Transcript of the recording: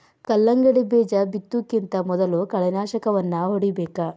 ಕಲ್ಲಂಗಡಿ ಬೇಜಾ ಬಿತ್ತುಕಿಂತ ಮೊದಲು ಕಳೆನಾಶಕವನ್ನಾ ಹೊಡಿಬೇಕ